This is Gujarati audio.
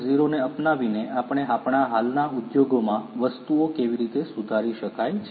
0 ને અપનાવીને આપણે આપણા હાલના ઉદ્યોગોમાં વસ્તુઓ કેવી રીતે સુધારી શકાય છે